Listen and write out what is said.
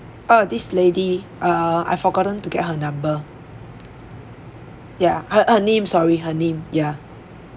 orh this lady err I forgotten to get her number ya her her name sorry her name ya